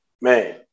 man